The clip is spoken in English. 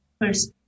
first